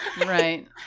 Right